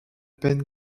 peine